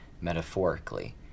metaphorically